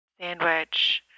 sandwich